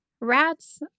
Rats